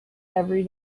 every